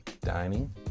dining